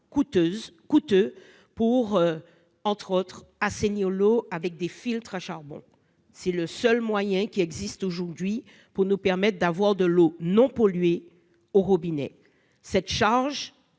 coûteuse pour, entre autres, assainir l'eau avec des filtres à charbon, c'est le seul moyen qui existe aujourd'hui pour nous permettent d'avoir de l'eau non polluée au robinet cette charge